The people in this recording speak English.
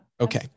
Okay